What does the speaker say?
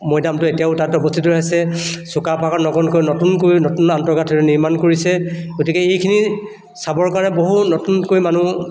মৈদামটো এতিয়াও তাত অৱস্থিত হৈ আছে চুকাফা নগৰ নতুন নতুনকৈ আন্তঃগাঁথনি নিৰ্মাণ কৰিছে গতিকে এইখিনি চাবৰ কাৰণে বহুত নতুনকৈ মানুহ